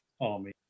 army